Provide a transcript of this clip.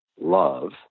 love